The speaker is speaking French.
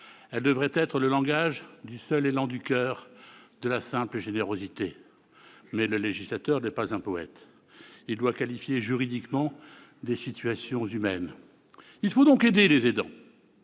Elle devrait refléter le seul élan du coeur, la simple générosité, mais le législateur n'est pas un poète ! Il doit qualifier juridiquement des situations humaines. Il faut donc aider les aidants.